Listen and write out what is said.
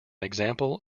example